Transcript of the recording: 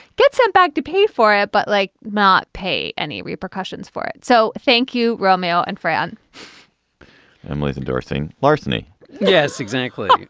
get sent back to pay for it. but like not pay any repercussions for it. so thank you, romeo and fran emily, the door thing, larceny yes, exactly.